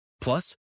Plus